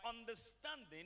understanding